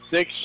Six